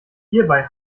hierbei